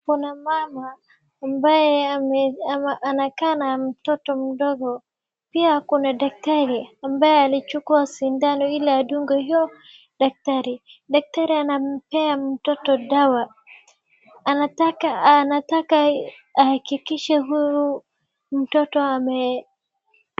Kuna mama ambaye anakaa na mtoto mdogo, pia kuna daktari ambaye alichukua sindano ili adunge huyo daktari. Daktari anampea mtoto dawa anahakikisha mtoto ame.